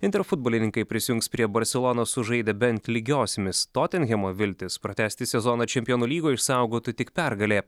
inter futbolininkai prisijungs prie barselonos sužaidę bent lygiosiomis totenhemo viltis pratęsti sezoną čempionų lygoje išsaugotų tik pergalė